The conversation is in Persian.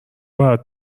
باید